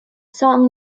song